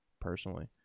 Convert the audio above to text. personally